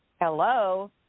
Hello